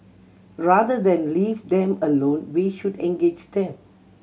rather than leave them alone we should engage them